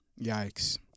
yikes